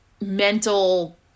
mental